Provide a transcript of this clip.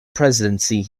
presidency